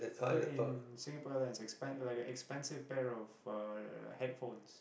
cause in Singapore Airlines expens~ like an expensive pair of uh headphones